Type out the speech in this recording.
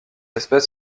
espèce